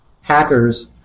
Hackers